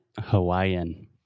Hawaiian